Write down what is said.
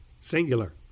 singular